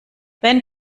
wenn